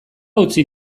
utzi